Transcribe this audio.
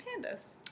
Pandas